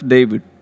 David